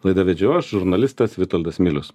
laidą vedžiau aš žurnalistas vitoldas milius